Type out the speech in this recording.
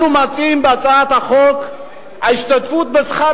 אנחנו מציעים בהצעת החוק שההשתתפות בשכר